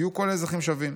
יהיו כל האזרחים שווים.